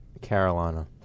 Carolina